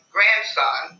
grandson